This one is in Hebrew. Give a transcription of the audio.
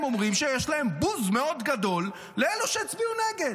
הם אומרים שיש להם בוז מאוד גדול לאלו שהצביעו נגד.